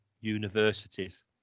universities